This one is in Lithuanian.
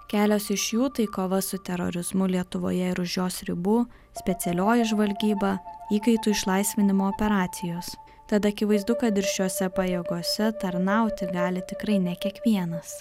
kelios iš jų tai kova su terorizmu lietuvoje ir už jos ribų specialioji žvalgyba įkaitų išlaisvinimo operacijos tad akivaizdu kad ir šiose pajėgose tarnauti gali tikrai ne kiekvienas